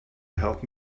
help